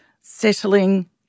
settling